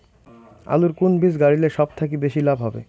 আলুর কুন বীজ গারিলে সব থাকি বেশি লাভ হবে?